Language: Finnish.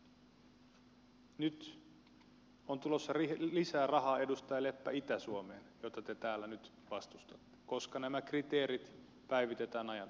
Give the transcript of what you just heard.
nyt on tulossa lisää rahaa edustaja leppä itä suomeen mitä te täällä nyt vastustatte koska nämä kriteerit päivitetään ajan tasalle